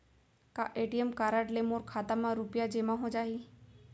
का ATM card ले मोर खाता म रुपिया जेमा हो जाही?